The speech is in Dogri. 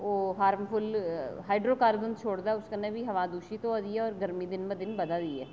ओह् हार्मफुल हाइड्रोकार्बन छोड़दा ऐ उस कन्नै बी हवा दुषित होआ दी ऐ और गर्मी दिन बा दिन बधै दी ऐ